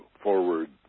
forward